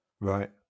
Right